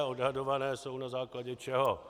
Odhadované jsou na základě čeho?